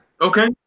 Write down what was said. Okay